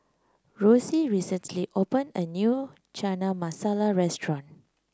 Rosie recently opened a new Chana Masala restaurant